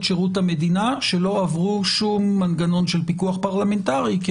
שירות המדינה שלא עברו שום מנגנון של פיקוח פרלמנטרי כי